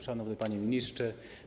Szanowny Panie Ministrze!